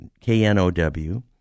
K-N-O-W